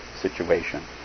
situation